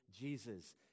Jesus